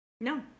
No